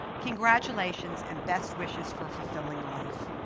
congratulations and best wishes for a fulfilling life.